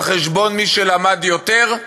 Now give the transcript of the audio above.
על חשבון מי שלמד יותר,